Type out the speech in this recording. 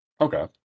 Okay